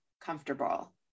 comfortable